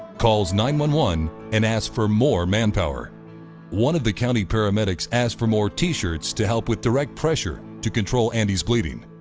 calls nine one one and asks for more manpower one of the county paramedics asks for more t-shirts to help with direct pressure to control andy's bleeding.